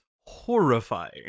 horrifying